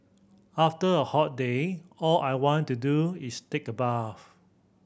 after a hot day all I want to do is take a bath